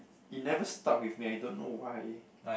it never stuck with me I don't know why